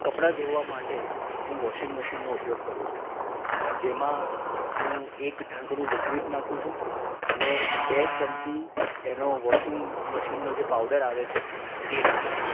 કપડાં ધોવા માટે હુ વોશિંગ મશીનનો ઉપયોગ કરું છું જેમાં હું એક ઢાંકણું લિક્વિડ નાખું છું અને બે ચમચી એનો વોશિંગ મશીનનો જે પાવડર આવે છે એ નાખું છું